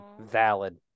Valid